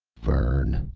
vern!